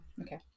Okay